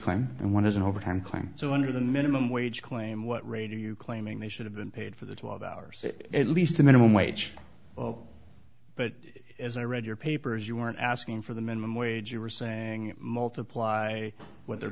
claim and one is an overtime claim so under the minimum wage claim what ray do you claiming they should have been paid for the twelve hours at least a minimum wage well but as i read your papers you weren't asking for the minimum wage you were saying multiply what their